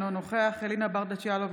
אינו נוכח אלינה ברדץ' יאלוב,